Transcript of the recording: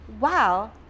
wow